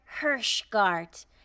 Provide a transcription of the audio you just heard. Hirschgart